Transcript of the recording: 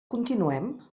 continuem